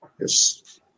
Yes